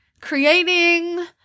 creating